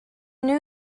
new